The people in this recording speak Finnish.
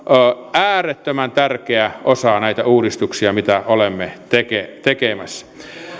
äärettömän tärkeä osa näitä uudistuksia mitä olemme tekemässä